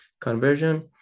conversion